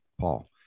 Paul